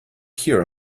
here